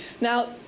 Now